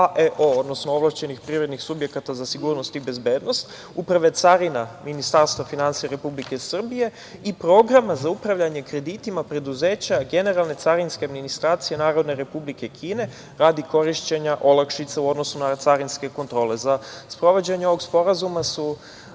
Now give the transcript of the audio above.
odnosno ovlašćenih privrednih subjekata za sigurnost i bezbednost Uprave carina Ministarstva finansija Republike Srbije i Programa za upravljanje kreditima preduzeća Generalne carinske administracije Narodne Republike Kine radi korišćenja olakšica u odnosu na carinske kontrole.Za sprovođenje ovog sporazuma su